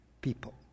people